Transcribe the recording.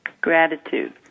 Gratitude